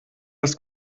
das